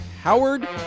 Howard